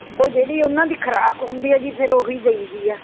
ਉਹ ਜਿਹੜੀ ਉਨ੍ਹਾਂ ਦੀ ਖੁਰਾਕ ਹੁੰਦੀ ਐ ਜੀ ਫੇਰ ਓਹੀ ਦੇਈ ਦੀ ਐ